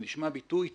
נשמע ביטוי תמים.